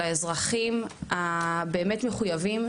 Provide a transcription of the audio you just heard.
לאזרחים הבאמת מחויבים,